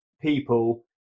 people